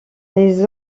les